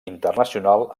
internacional